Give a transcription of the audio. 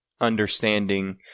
understanding